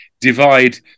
divide